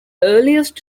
earliest